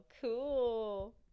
cool